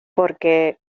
porque